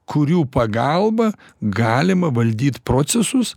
kurių pagalba galima valdyt procesus